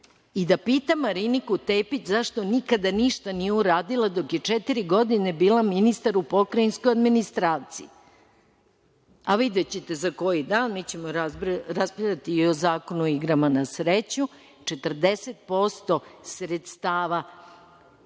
i da pita Mariniku Tepić zašto nikada ništa nije uradila dok je četiri godine bila ministar u pokrajinskoj administraciji. Videćete za koji dan, mi ćemo raspravljati i o Zakonu o igrama na sreću, 40% sredstava